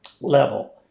level